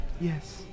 Yes